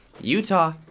Utah